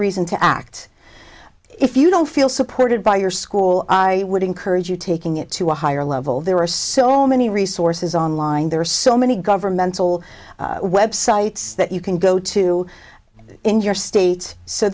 reason to act if you don't feel supported by your school i would encourage you taking it to a higher level there are so many resources online there are so many governmental websites that you can go to in your state so